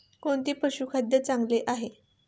कोणते पशुखाद्य चांगले आहे?